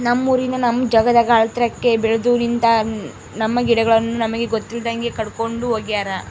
ನಮ್ಮೂರಿನ ನಮ್ ಜಾಗದಾಗ ಆಳೆತ್ರಕ್ಕೆ ಬೆಲ್ದು ನಿಂತ, ನಮ್ಮ ಗಿಡಗಳನ್ನು ನಮಗೆ ಗೊತ್ತಿಲ್ದಂಗೆ ಕಡ್ಕೊಂಡ್ ಹೋಗ್ಯಾರ